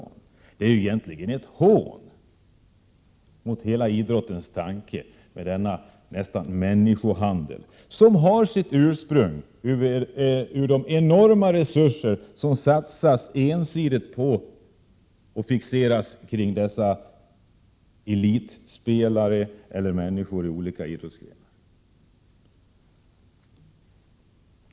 Denna handel — människohandel — är ju egentligen ett hån mot hela idrottens tanke. Den har sitt ursprung i de enorma resurser som ensidigt satsas och fixeras kring dessa elitlag eller enskilda idrottsutövare.